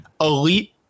Elite